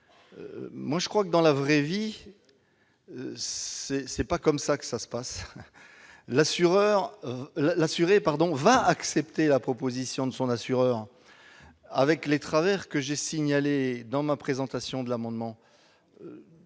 ? Je crois que, dans la vraie vie, ce n'est pas ainsi que cela se passe. L'assuré acceptera la proposition de son assureur avec les travers que j'ai signalés en présentant mon amendement.